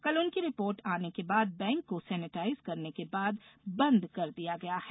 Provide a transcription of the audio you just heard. कल उनकी रिपोर्ट आने के बाद बैंक को सैनिटाइज करने के बाद बंद कर दिया गया है